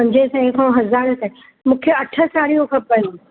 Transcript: पंजे सवें खां हज़ार ताईं मूंखे अठ साड़ियूं खपनि